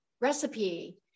recipe